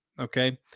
Okay